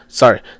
sorry